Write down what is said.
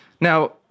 Now